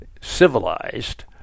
civilized